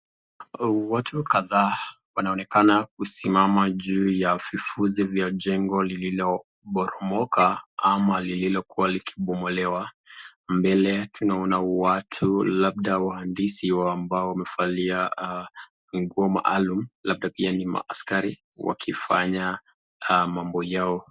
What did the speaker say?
Watu kadhaa wanaonekana kusimama juu ya vifuzi vya jengo lililoporomoka au lililokuwa likibomolewa. Mbele tunaona watu labda waandisi ambao wamevalia nguo maalum labda pia ni maaskari wakifanya mambo yao.